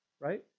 right